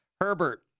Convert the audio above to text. Herbert